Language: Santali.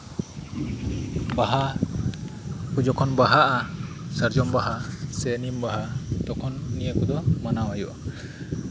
ᱵᱟᱦᱟ ᱡᱚᱠᱷᱚᱱ ᱵᱟᱦᱟᱜᱼᱟ ᱥᱟᱨᱡᱚᱢ ᱵᱟᱦᱟ ᱥᱮ ᱱᱤᱢ ᱵᱟᱦᱟ ᱛᱚᱠᱷᱚᱱ ᱱᱤᱭᱟᱹ ᱠᱚᱫᱚ ᱢᱟᱱᱟᱣ ᱦᱩᱭᱩᱜᱼᱟ